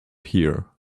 here